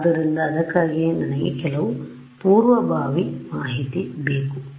ಆದ್ದರಿಂದ ಅದಕ್ಕಾಗಿಯೇ ನನಗೆ ಕೆಲವು ಪೂರ್ವಭಾವಿ ಮಾಹಿತಿ ಬೇಕು